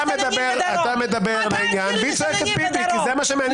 אתה מדבר לעניין והיא צועקת ביבי כי זה מה שמעניין אותה.